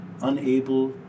unable